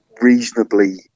reasonably